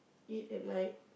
eat at night